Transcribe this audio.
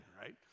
right